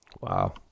Wow